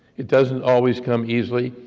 it doesn't always come easily,